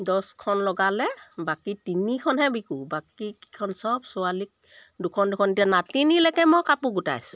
দছখন লগালে বাকী তিনিখনহে বিকো বাকী কিখন চব ছোৱালীক দুখন দুখনকৈ নাতিনীলৈকে মই কাপোৰ গোটাইছোঁ